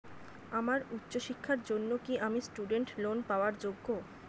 আমার উচ্চ শিক্ষার জন্য কি আমি স্টুডেন্ট লোন পাওয়ার যোগ্য?